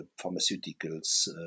pharmaceuticals